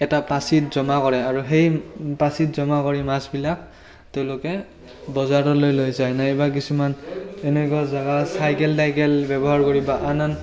এটা পাচিত জমা কৰে আৰু সেই পাচিত জমা কৰি মাছবিলাক তেওঁলোকে বজাৰলৈ লৈ যায় নাইবা কিছুমান এনেকুৱা জাগা চাইকেল তাইকেল ব্যৱহাৰ কৰি বা আন আন